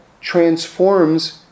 transforms